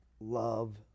Love